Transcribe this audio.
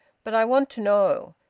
but i want to know.